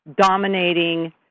dominating